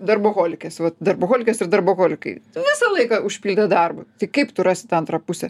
darboholikės vat darboholikės ir darboholikai visą laiką užpildę darbu tai kaip tu rasi tą antrą pusę